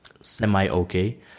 semi-okay